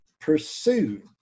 pursue